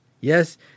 Yes